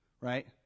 Right